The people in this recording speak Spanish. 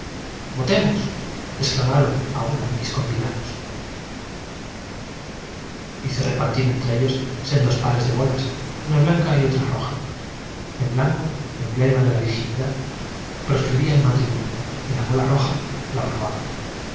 exclamaron a una mis convidados del general foy dijo en voz que parecía grito hice repartir entre ellos sendos pares de bolas una blanca y otra jigual que la virtud el crimen tiene gradosi roja el blanco emblema de la virginidad püoscribía el matrimonio y la bola roja lo aprobaba